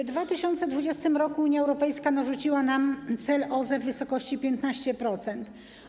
W 2020 r. Unia Europejska narzuciła nam cel OZE w wysokości 15%.